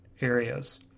areas